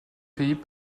pays